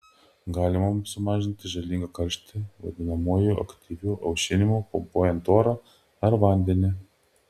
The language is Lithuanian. galima sumažinti žalingą karštį vadinamuoju aktyviu aušinimu pumpuojant orą ar vandenį